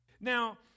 Now